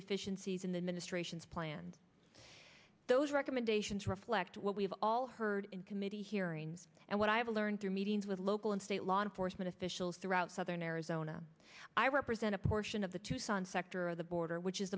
deficiencies in the ministrations plan those recommendations reflect what we've all heard in committee hearing and what i've learned through meetings with local and state law enforcement officials throughout southern arizona i represent a portion of the tucson sector of the border which is